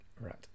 Right